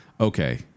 Okay